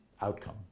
outcome